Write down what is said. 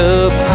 up